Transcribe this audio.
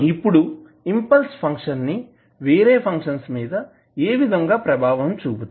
ఇప్పుడు impulse function వేరే functions మీద ఏ విధంగా ప్రభావం చూపుతుంది